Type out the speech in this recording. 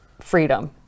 Freedom